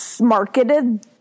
marketed